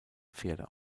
pferde